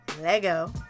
lego